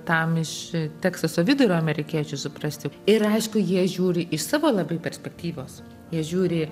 tam iš teksaso vidurio amerikiečiui suprasti ir aišku jie žiūri iš savo labai perspektyvos jie žiūri